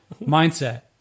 mindset